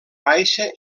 baixa